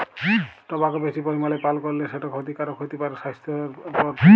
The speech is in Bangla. টবাক বেশি পরিমালে পাল করলে সেট খ্যতিকারক হ্যতে পারে স্বাইসথের পরতি